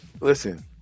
Listen